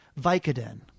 Vicodin